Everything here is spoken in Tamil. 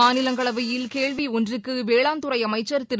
மாநிலங்களவையில் கேள்வி ஒன்றுக்கு வேளாண்துறை அமைச்சர் திரு